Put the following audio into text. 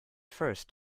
first